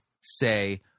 say